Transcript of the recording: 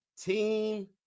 team